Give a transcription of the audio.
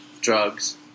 drugs